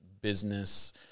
business